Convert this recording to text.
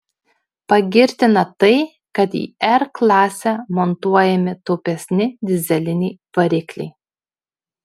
pagirtina tai kad į r klasę montuojami taupesni dyzeliniai varikliai